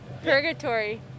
Purgatory